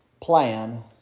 plan